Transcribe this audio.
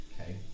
okay